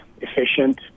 efficient